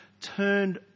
turned